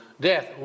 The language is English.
death